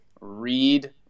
read